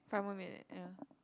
five more minute yeah